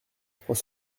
trois